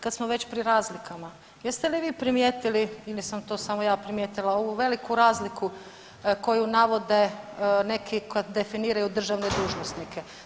Kad smo već pri razlikama, jeste li vi primijetili ili sam to samo ja primijetila ovu veliku razliku koju navode neki kad definiraju državne dužnosnike.